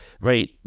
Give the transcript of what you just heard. Right